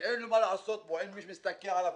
שאין מי שמסתכל עליו,